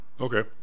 okay